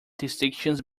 distinctions